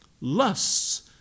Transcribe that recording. lusts